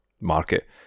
market